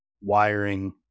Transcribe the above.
wiring